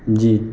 جی